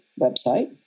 website